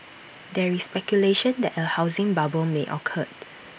there is speculation that A housing bubble may occur